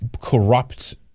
corrupt